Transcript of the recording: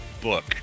book